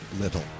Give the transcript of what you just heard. little